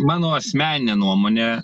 mano asmenine nuomone